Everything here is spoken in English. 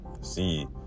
see